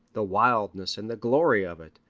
the wildness and the glory of it,